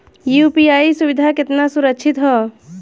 UPI सुविधा केतना सुरक्षित ह?